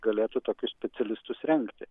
galėtų tokius specialistus rengti